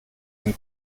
den